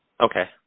Okay